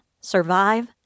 survive